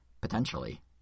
potentially